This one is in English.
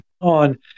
on